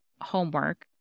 homework